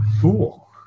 Cool